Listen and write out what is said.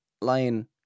Lion